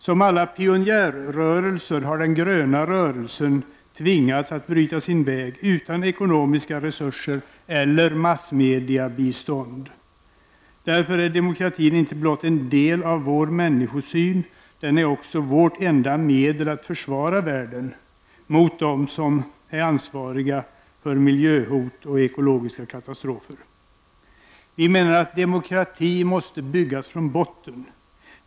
Som alla pionjärrörelser har den gröna rörelsen tvingats att bryta sin väg utan ekonomiska resurser eller massmediabistånd. Därför är demokratin inte blott en del av vår människosyn den är också vårt enda medel att försvara världen mot dem som är ansvariga för miljöhot och ekologiska katastrofer. Vi menar att demokratin måste byggas från botten.